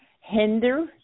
hinder